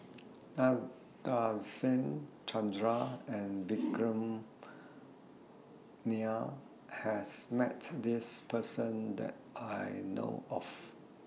Nadasen Chandra and Vikram Nair has Met This Person that I know of